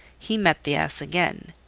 he met the ass again,